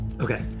Okay